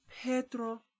Pedro